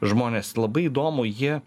žmonės labai įdomu jie